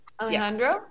Alejandro